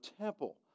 temple